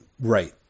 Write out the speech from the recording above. right